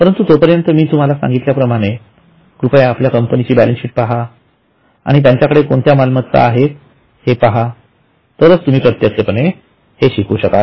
परंतु तोपर्यंत मी तुम्हाला सांगितल्या प्रमाणे कृपया आपल्या कंपनीची बॅलन्सशीट पहा आणि त्यांच्याकडे कोणत्या मालमत्ता आहे ते पहा तरच तुम्ही प्रत्यक्षपणे ते शिकू शकाल